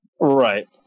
right